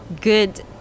good